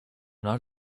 not